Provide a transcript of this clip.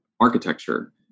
architecture